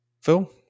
phil